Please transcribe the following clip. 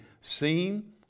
seen